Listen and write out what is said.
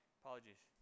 apologies